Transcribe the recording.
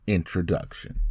Introduction